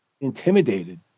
intimidated